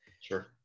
Sure